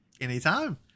Anytime